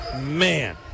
Man